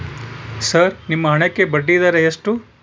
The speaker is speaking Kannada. ಸರ್ ನಿಮ್ಮ ಹಣಕ್ಕೆ ಬಡ್ಡಿದರ ಎಷ್ಟು?